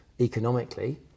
economically